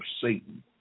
Satan